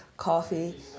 Coffee